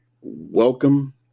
Welcome